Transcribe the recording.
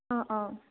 অঁ অঁ